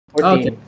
Okay